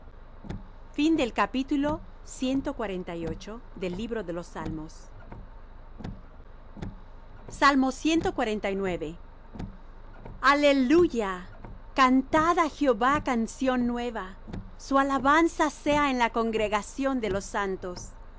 hijos de israel el pueblo á él cercano aleluya aleluya cantad á jehová canción nueva su alabanza sea en la congregación de los santos